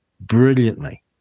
brilliantly